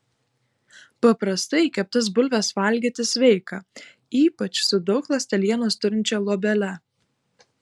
paprastai keptas bulves valgyti sveika ypač su daug ląstelienos turinčia luobele